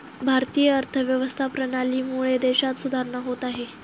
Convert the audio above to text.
भारतीय अर्थव्यवस्था प्रणालीमुळे देशात सुधारणा होत आहे